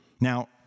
Now